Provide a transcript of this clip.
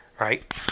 right